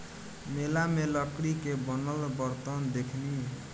मेला में लकड़ी के बनल बरतन देखनी